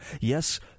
yes